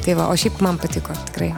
tai va o šiaip man patiko tikrai